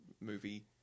movie